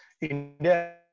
India